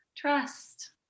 Trust